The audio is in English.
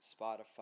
Spotify